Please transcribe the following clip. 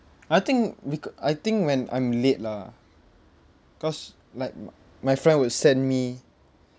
I think becau~ I think when I'm late lah cause like m~ my friend will send me